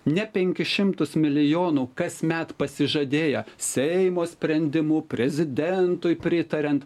ne penkis šimtus milijonų kasmet pasižadėję seimo sprendimu prezidentui pritariant